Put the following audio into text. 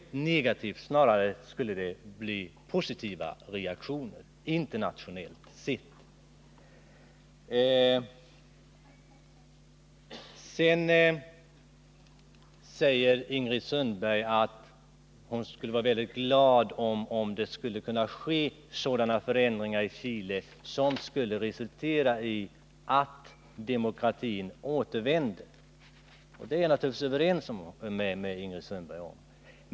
Snarare skulle det bli positiva reaktioner internationellt sett. Ingrid Sundberg säger att hon skulle vara väldigt glad om det skulle kunna ske förändringar i Chile som resulterade i att demokratin återvände. Det är jag naturligtvis överens med Ingrid Sundberg om.